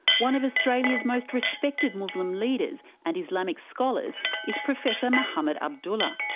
one of australia's most respected muslim leaders and islamic scholars is professor mohamad abdullah.